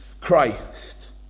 Christ